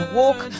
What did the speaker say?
walk